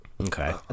okay